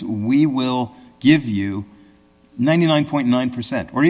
we will give you ninety nine point nine percent or